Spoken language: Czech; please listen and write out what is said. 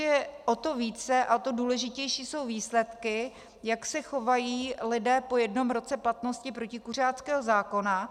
O to více a o to důležitější jsou výsledky, jak se chovají lidé po jednom roce platnosti protikuřáckého zákona.